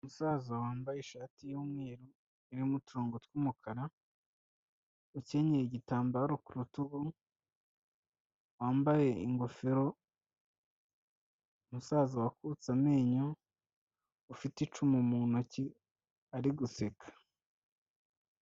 Umusaza wambaye ishati y'umweru, irimo uturongo tw'umukara, ukenyeye igitambaro ku rutugu, wambaye ingofero, umusaza wakutse amenyo, ufite icumu mu ntoki ari guseka.